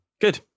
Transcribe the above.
Good